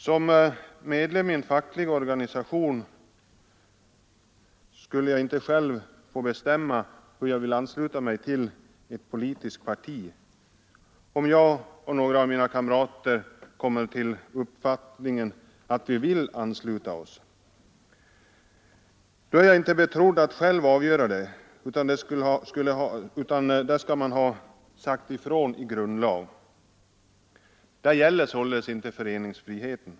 Som medlem i en facklig organisation skulle jag inte själv få bestämma hur jag vill ansluta mig till ett politiskt parti, om jag och några av mina kamrater kommer till uppfattningen att vi vill ansluta oss. Då är jag inte betrodd att själv avgöra det, utan det skall man ha sagt ifrån i grundlag. Där gällde således inte föreningsfriheten.